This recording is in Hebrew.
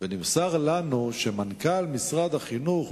אני אמסור לו שאתה עמדת על השאלות בשאילתא